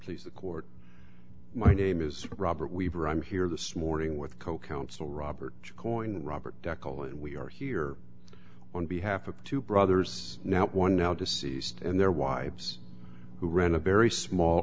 please the court my name is robert weaver i'm here this morning with co counsel robert coyne robert dekel we are here on behalf of two brothers now one now deceased and their wives who read a very small